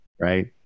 right